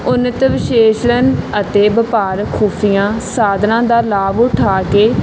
ਉੱਨਤ ਵਿਸ਼ੇਸ਼ਣ ਅਤੇ ਵਪਾਰਕ ਖੁਫ਼ੀਆ ਸਾਧਨਾਂ ਦਾ ਲਾਭ ਉਠਾ ਕੇ